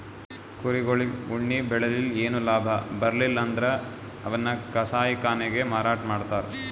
ಕುರಿಗೊಳಿಗ್ ಉಣ್ಣಿ ಬೆಳಿಲಿಲ್ಲ್ ಏನು ಲಾಭ ಬರ್ಲಿಲ್ಲ್ ಅಂದ್ರ ಅವನ್ನ್ ಕಸಾಯಿಖಾನೆಗ್ ಮಾರಾಟ್ ಮಾಡ್ತರ್